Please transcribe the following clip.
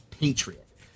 Patriot